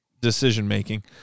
decision-making